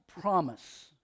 promise